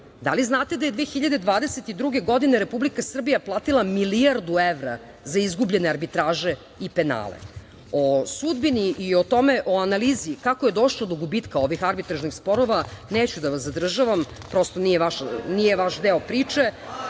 Da li znate da je 2022. godine Republika Srbija platila milijardu evra za izgubljene arbitraže i penale? O sudbini i analizi kako je došlo do gubitka ovih arbitražnih sporova neću da vas zadržavam, prosto, nije vaš deo priče,